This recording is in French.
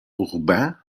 urbain